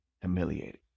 humiliated